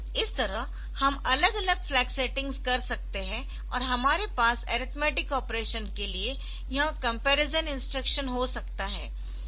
इस तरह हम अलग अलग फ्लैग सेटिंग्स कर सकते है और हमारे पास अरिथमेटिक ऑपरेशन के लिए यह कंपैरिजन इंस्ट्रक्शन हो सकता है